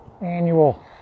annual